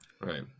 Right